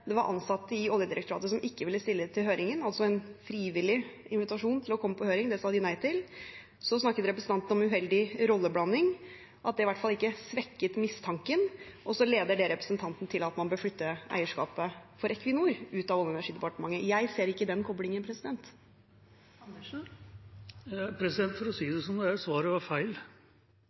det var ansatte i Oljedirektoratet som ikke ville stille til høringen, altså en invitasjon til frivillig å komme på høring. Det sa de nei til. Så snakket representanten om uheldig rolleblanding, og at det i hvert fall ikke svekket mistanken, og så leder det representanten til at man bør flytte eierskapet for Equinor ut av Olje- og energidepartementet. Jeg ser ikke den koblingen. For å si det som det er: Svaret var feil.